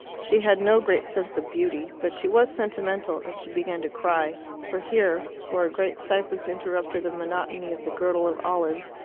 she had no great sense of beauty, but she was sentimental, and she began to cry for here, where a great cypress interrupted the monotony of the girdle of olives,